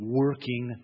working